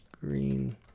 Green